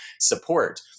support